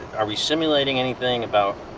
are we simulating anything about.